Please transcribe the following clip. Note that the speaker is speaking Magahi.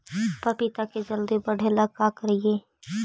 पपिता के जल्दी बढ़े ल का करिअई?